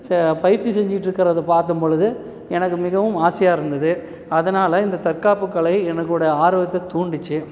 ச பயிற்சி செஞ்சிட்டிருக்கறத பாத்த பொழுது எனக்கு மிகவும் ஆசையாக இருந்தது அதனால் இந்த தற்காப்புக் கலை எனக்கொரு ஆர்வத்தை தூண்டுச்சு